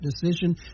decision